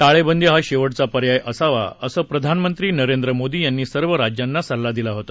टाळेबंदी हा शेवटचा पर्याय असावा असं प्रधानमंत्री नरेंद्र मोदी यांनी सर्व राज्यांना सल्ला दिला होता